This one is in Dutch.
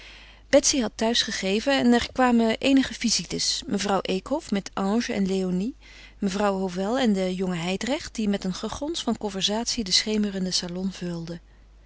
had thuis gegeven en er kwamen eenige visites mevrouw eekhof met ange en léonie mevrouw hovel en de jonge hijdrecht die met een gegons van conversatie den schemerenden salon vulden